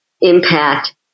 impact